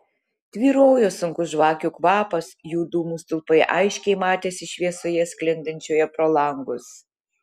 tvyrojo sunkus žvakių kvapas jų dūmų stulpai aiškiai matėsi šviesoje sklindančioje pro langus